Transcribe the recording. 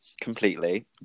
completely